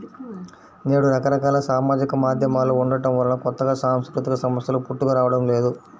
నేడు రకరకాల సామాజిక మాధ్యమాలు ఉండటం వలన కొత్తగా సాంస్కృతిక సంస్థలు పుట్టుకురావడం లేదు